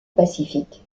pacifique